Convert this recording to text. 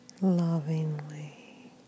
lovingly